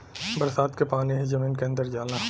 बरसात क पानी ही जमीन के अंदर जाला